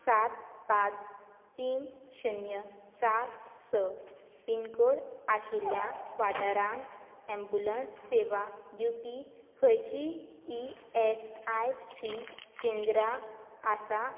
सात पांच तीन शुन्य सात स पिनकोड आशिल्ल्या वाठारांत ॲम्ब्युलन्स सेवा दिवपी खंयचींय ई एस आय सी केंद्रां आसा